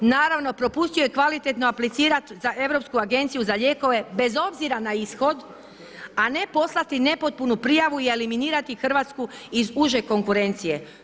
Naravno, propustio je kvalitetno aplicirat za Europsku agenciju za lijekove bez obzira na ishod, a ne poslati nepotpunu prijavu i eliminirati Hrvatsku iz uže konkurencije.